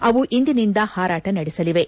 ಅವು ಇಂದಿನಿಂದ ಹಾರಾಟ ನಡೆಸಲಿವೆ